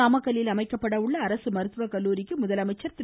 நாமக்கல்லில் அமைக்கப்பட உள்ள அரசு மருத்துவ கல்லூரிக்கு முதலமைச்சர் திரு